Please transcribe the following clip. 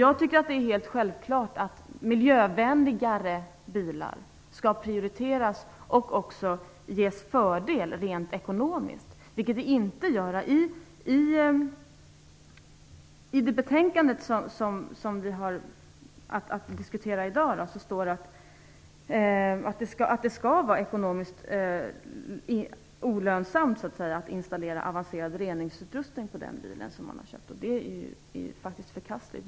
Jag tycker att det helt självklart att miljövänligare bilar skall prioriteras och ges en fördel rent ekonomiskt, vilket inte sker här. I det betänkande som vi har att diskutera i dag står det att det skall vara ekonomiskt olönsamt att installera avancerad reningsutrustning på den bil som man har köpt. Det är faktiskt förkastligt.